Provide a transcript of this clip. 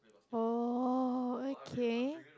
oh okay